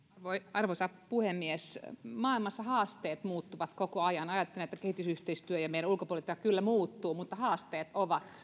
arvoisa puhemies maailmassa haasteet muuttuvat koko ajan ajattelen että kehitysyhteistyö ja meidän ulkopolitiikka kyllä muuttuvat mutta haasteet ovat